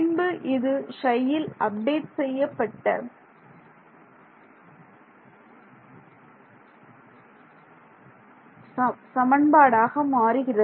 பின்பு இது Ψயில் அப்டேட் செய்யப்பட்ட சமன்பாடு ஆக மாறுகிறது